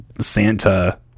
Santa